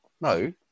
No